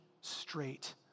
straight